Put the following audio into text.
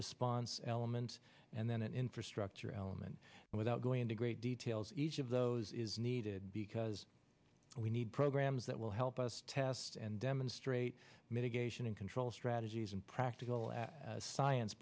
response element and then an infrastructure element without going into great details each of those is needed because we need programs that will help us test and demonstrate mitigation and control strategies and practical as science